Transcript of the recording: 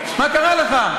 מה קרה לך?